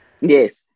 yes